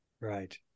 right